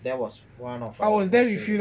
that one of our